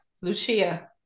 Lucia